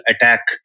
Attack